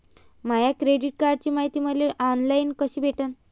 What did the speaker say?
माया credit कार्डची मायती मले ऑनलाईन कसी भेटन?